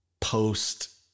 post